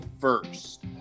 first